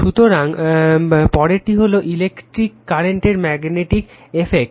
সুতরাং পরেরটি হল ইলেকট্রিক কারেন্টের ম্যাগনেটিক এফেক্ট